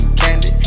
candy